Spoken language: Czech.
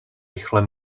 rychle